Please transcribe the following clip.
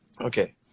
okay